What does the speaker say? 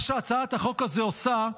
מה שהצעת החוק הזה עושה,